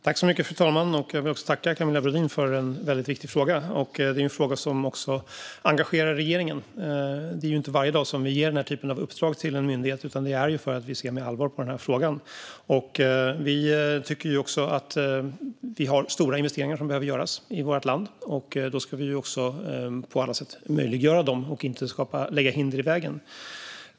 Fru talman! Jag vill tacka Camilla Brodin för en väldigt viktig fråga som också engagerar regeringen. Det är inte varje dag vi ger den här typen av uppdrag till en myndighet, utan det är för att vi ser med allvar på den här frågan. Vi har också stora investeringar som behöver göras i vårt land, och därför ska vi på alla sätt möjliggöra dem och inte lägga hinder i vägen.